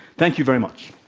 thank you very much.